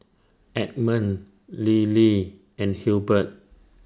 Edmund Lillie and Hilbert